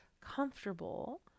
comfortable